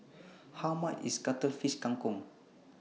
How much IS Cuttlefish Kang Kong